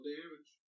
damage